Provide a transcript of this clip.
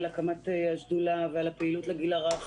על הקמת השדולה ועל הפעילות לגיל הרך,